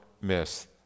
miss